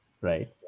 right